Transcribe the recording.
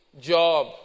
job